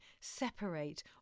separate